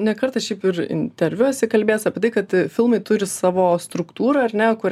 ne kartą šiaip ir interviu esi kalbėjęs apie tai kad filmai turi savo struktūrą ar ne kur